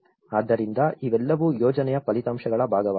ಆದ್ದರಿಂದ ಇವೆಲ್ಲವೂ ಯೋಜನೆಯ ಫಲಿತಾಂಶಗಳ ಭಾಗವಾಗಿದೆ